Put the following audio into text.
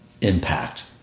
impact